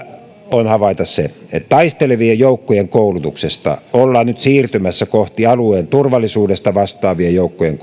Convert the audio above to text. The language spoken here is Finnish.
on havaita se että taistelevien joukkojen koulutuksesta ollaan nyt siirtymässä kohti alueen turvallisuudesta vastaavien joukkojen koulutusta